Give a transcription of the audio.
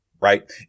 right